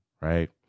Right